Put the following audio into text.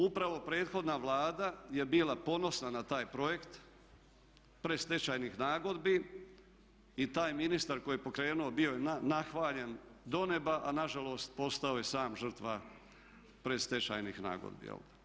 Upravo prethodna Vlada je bila ponosna na taj projekt predstečajnih nagodbi i taj ministar koji je pokrenuo bio je nahvaljen do neba, a na žalost postao je sam žrtva predstečajnih nagodbi.